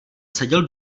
seděl